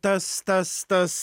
tas tas tas